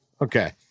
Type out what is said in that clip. Okay